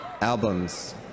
Albums